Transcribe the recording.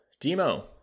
Demo